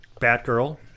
Batgirl